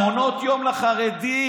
מעונות יום לחרדים,